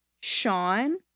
Sean